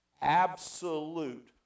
absolute